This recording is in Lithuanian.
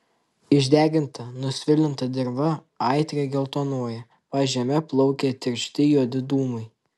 išdeginta nusvilinta dirva aitriai geltonuoja pažeme plaukia tiršti juodi dūmai